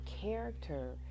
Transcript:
character